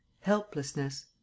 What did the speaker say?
helplessness